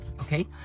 Okay